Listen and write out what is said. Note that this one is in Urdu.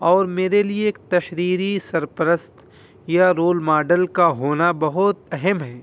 اور میرے لیے ایک تحریری سرپرست یا رول ماڈل کا ہونا بہت اہم ہے